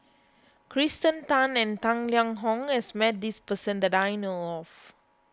Kirsten Tan and Tang Liang Hong has met this person that I know of